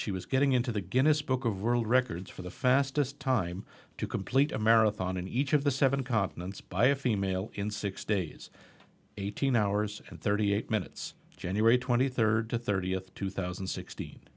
she was getting into the guinness book of world records for the fastest time to complete a marathon in each of the seven continents by a female in six days eighteen hours and thirty eight minutes january twenty third to thirtieth two thousand and sixteen